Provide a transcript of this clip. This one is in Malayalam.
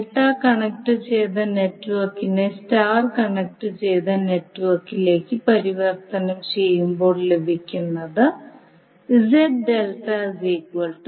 ഡെൽറ്റ കണക്റ്റുചെയ്ത നെറ്റ്വർക്കിനെ സ്റ്റാർ കണക്റ്റുചെയ്ത നെറ്റ്വർക്കിലേക്ക് പരിവർത്തനം ചെയ്യുമ്പോൾ ലഭിക്കുന്നത് ZΔ 3 ZY